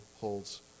holds